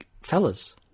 Fellas